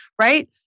right